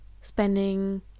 spending